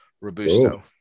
robusto